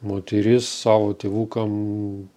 moteris savo tėvukam